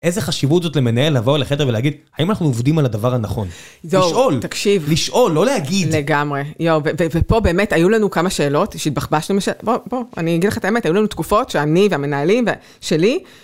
איזה חשיבות זאת למנהל לבוא אל החדר ולהגיד, האם אנחנו עובדים על הדבר הנכון? לשאול. תקשיב. לשאול, לא להגיד. לגמרי. ופה באמת היו לנו כמה שאלות, שהתבחבשנו, בוא, בוא, אני אגיד לך את האמת, היו לנו תקופות שאני והמנהלים שלי,